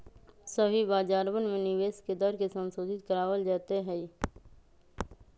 सभी बाजारवन में निवेश के दर के संशोधित करावल जयते हई